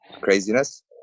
craziness